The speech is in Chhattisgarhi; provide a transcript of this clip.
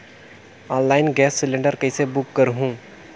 ऑनलाइन गैस सिलेंडर कइसे बुक करहु?